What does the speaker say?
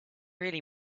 really